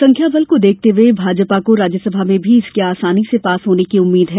संख्या बल को देखते हुए भाजपा को राज्यसभा में भी इसके आसानी से पास होने की उम्मींद है